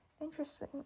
Interesting